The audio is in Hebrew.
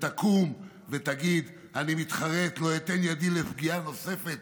שתקום ותגיד: אני מתחרט, לא אתן ידי לפגיעה נוספת